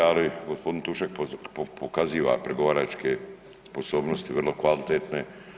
Ali gospodin Tušek pokazuje pregovaračke sposobnosti vrlo kvalitetne.